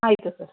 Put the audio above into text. ಆಯಿತು ಸರ್